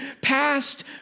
past